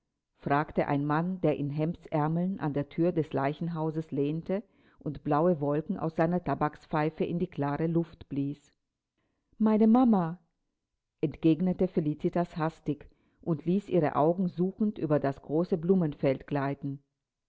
fragte ein mann der in hemdärmeln an der thür des leichenhauses lehnte und blaue wolken aus seiner tabakspfeife in die klare luft blies meine mama entgegnete felicitas hastig und ließ ihre augen suchend über das große blumenfeld gleiten